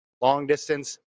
long-distance